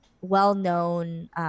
well-known